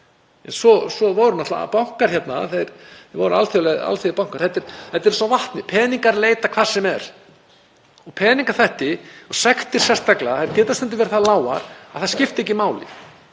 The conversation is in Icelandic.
Svo voru náttúrlega bankar hérna, þetta voru alþjóðlegir bankar. Þetta er eins og vatnið, peningar leita hvert sem er. Peningaþvætti, sektir sérstaklega geta stundum verið það lágar að það skiptir ekki máli.